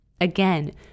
Again